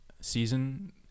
season